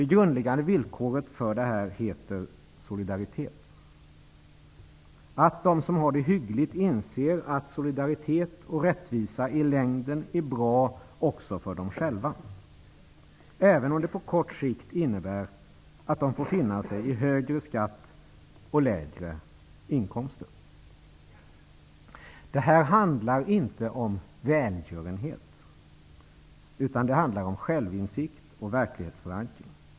Det grundläggande villkoret för detta heter solidaritet, att de som har det hyggligt inser att solidaritet och rättvisa i längden är bra också för dem själva, även om det på kort sikt innebär att de får finna sig i högre skatt och lägre inkomster. Det handlar inte om välgörenhet, utan om självinsikt och verklighetsförankring.